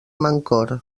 mancor